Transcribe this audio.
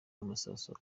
amasasu